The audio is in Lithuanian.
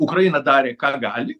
ukraina darė ką gali